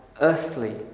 earthly